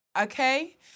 okay